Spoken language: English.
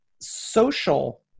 social